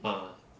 ah